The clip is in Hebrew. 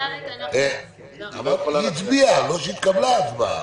(הוראת שעה, נגיף הקורונה החדש)